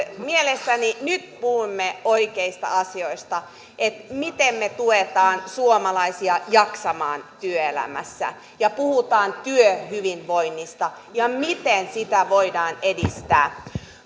mielestäni nyt puhumme oikeista asioista että miten me tuemme suomalaisia jaksamaan työelämässä ja puhutaan työhyvinvoinnista ja siitä miten sitä voidaan edistää